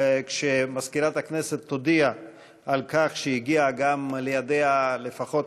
כשמזכירת הכנסת תודיע שהגיע לידיה לפחות